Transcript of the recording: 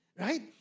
Right